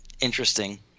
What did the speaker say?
interesting